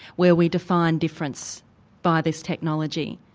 where we define difference by this technology.